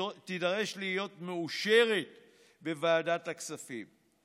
שתידרש להיות מאושרת בוועדת הכספים.